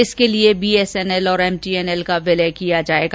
इसके लिए बीएसएनएल और एमटीएनएल का विलय किया जाएगा